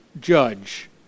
judge